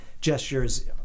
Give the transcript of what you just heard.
gestures